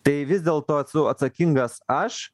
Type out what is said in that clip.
tai vis dėlto esu atsakingas aš